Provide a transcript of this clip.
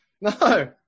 No